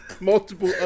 multiple